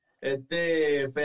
Este